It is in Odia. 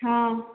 ହଁ